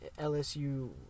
LSU